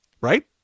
right